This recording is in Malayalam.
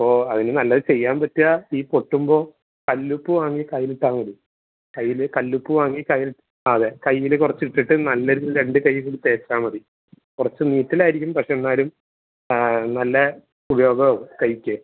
അപ്പോൾ അതിന് നല്ലത് ചെയ്യാൻ പറ്റിയാൽ ഈ പൊട്ടുമ്പോൾ കല്ലുപ്പ് വാങ്ങി കയ്യിൽ ഇട്ടാൽ മതി കയ്യിൽ കല്ലുപ്പ് വാങ്ങി കൈ ആ അതെ കയ്യിൽ കുറച്ചിട്ടിട്ട് നല്ല രീതിയിൽ രണ്ട് കയ്യിലും തേച്ചാൽ മതി കുറച്ച് നീറ്റൽ ആയിരിക്കും പക്ഷേ എന്നാലും നല്ല ഉപയോഗമാവും കൈയ്ക്ക്